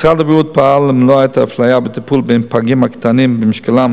משרד הבריאות פעל למנוע את האפליה בטיפול בין פגים הקטנים במשקלם